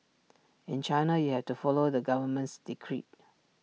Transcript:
in China you have to follow the government's decree